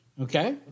Okay